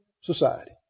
society